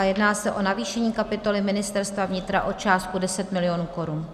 Jedná se o navýšení kapitoly Ministerstva vnitra o částku 10 mil. korun.